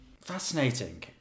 Fascinating